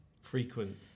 frequent